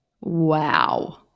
Wow